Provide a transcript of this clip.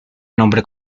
nombre